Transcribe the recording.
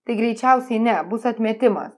tai greičiausiai ne bus atmetimas